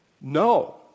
No